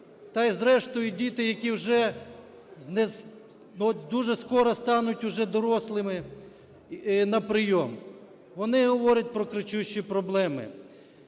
та і, зрештою, діти, які вже дуже скоро стануть вже дорослими, на прийом, вони говорять про кричущі проблеми.